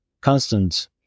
constant